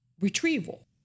retrieval